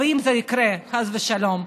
אם זה יקרה חס ושלום,